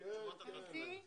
אבל תשובות עוד לא קיבלתי.